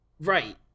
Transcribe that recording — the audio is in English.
Right